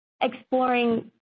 exploring